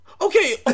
okay